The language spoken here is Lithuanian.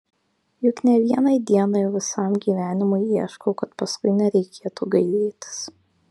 juk ne vienai dienai o visam gyvenimui ieškau kad paskui nereikėtų gailėtis